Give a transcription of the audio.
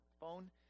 phone